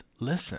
listen